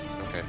Okay